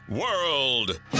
World